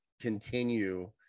continue